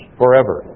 forever